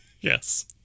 Yes